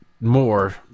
more